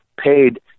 paid